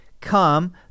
come